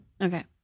Okay